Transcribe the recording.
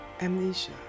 amnesia